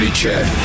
check